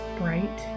bright